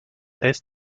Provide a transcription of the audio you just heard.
est